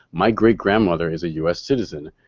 my great grandmother is a u s. citizen.